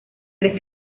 tres